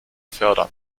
fördern